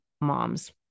moms